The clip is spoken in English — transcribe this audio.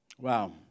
Wow